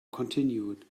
continued